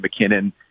McKinnon